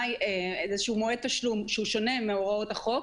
איזשהו מועד תשלום השונה מהוראות החוק,